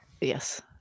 Yes